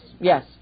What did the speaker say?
yes